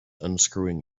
unscrewing